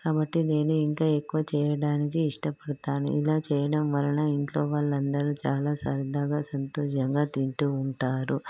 కాబట్టి నేను ఇంకా ఎక్కువ చేయటానికి ఇష్టపడతాను ఇలా చేయడం వలన ఇంట్లో వాళ్ళందరూ చాలా సరదాగా సంతోషంగా తింటూ ఉంటారు